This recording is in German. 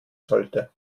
sollte